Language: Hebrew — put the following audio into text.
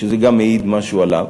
וגם זה מעיד משהו עליו,